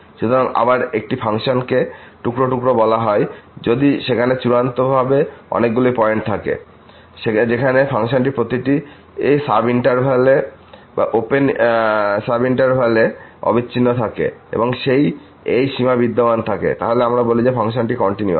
সুতরাং আবার একটি ফাংশনকে টুকরো টুকরো বলা হয় যদি সেখানে চূড়ান্তভাবে অনেকগুলি পয়েন্ট থাকে যেখানে ফাংশনটি প্রতিটি সাবিন্টার্ভাল ওপেন সাবিন্টারভাল এ অবিচ্ছিন্ন থাকে এবং এই সীমা বিদ্যমান থাকে তাহলে আমরা বলি যে ফাংশনটি কন্টিনিউয়াস